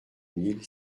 mille